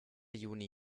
juni